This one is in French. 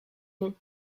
nom